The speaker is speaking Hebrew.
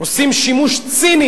עושים שימוש ציני